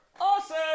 awesome